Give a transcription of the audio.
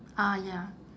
ah ya